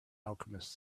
alchemist